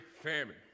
Famine